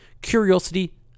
curiosity